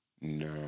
No